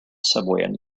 subway